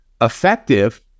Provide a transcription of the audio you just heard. effective